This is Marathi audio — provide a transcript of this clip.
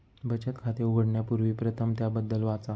बचत खाते उघडण्यापूर्वी प्रथम त्याबद्दल वाचा